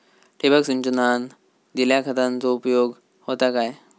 ठिबक सिंचनान दिल्या खतांचो उपयोग होता काय?